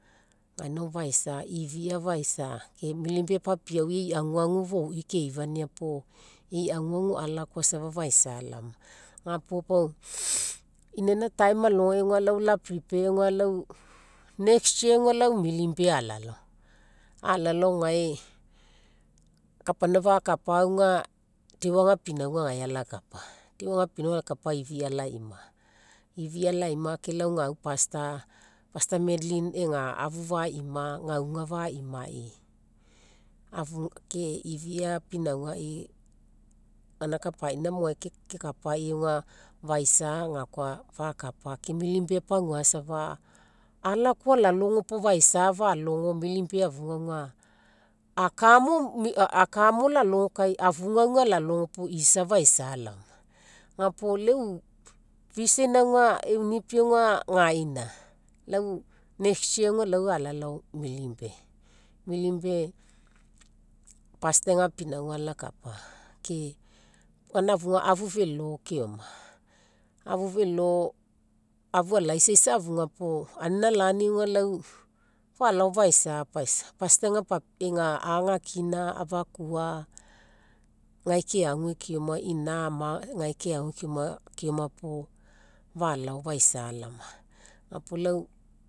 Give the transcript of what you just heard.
Gaina faisa ifia faisa ke milne bay papiaui e'i aguagu fouii keifania puo, e'i aguagu alakoa safa faisa laoma. Ga puo pau inaina time alogai aga lau la prepare aga lau next year aga lau milne bay ala lao. Ala lao gae, kapaina fakapa aga deo ega pinauga gae alakapa. Deo ega pinauga alakapa ifia ala'ima. Ifia ala'ima ke lau gau pastor, pastor madlyne ega afu fa'ima gauga fa'imai. ke ifia pinaugai gaina kapaina mo gae kekapaii aga faisaa ga koa fakapa. Ke milne bay pagua safa, alakoa alalogo ga puo faisa falogo milne bay afuga aga, aka mo lalogo kai afuga aga alalogo puo isa faisa laoma. Ga puo leu vision aga e'u nipi gaina, lau next year lau ala lao milne bay. Milne bay pastor ega pinauga alakapai. Ke gaina afuga afu felo keoma, afu felo afu alaisasa afuga po anina lani aga fa lao faisa paisa. Pastor ega aga akina afakua gae keagua keoma ina ama gae keagua keoma puo fa lao faisa laoma. Ga puo lau